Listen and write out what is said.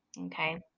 okay